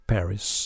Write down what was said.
Paris